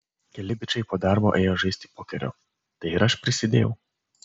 keli bičai po darbo ėjo žaisti pokerio tai ir aš prisidėjau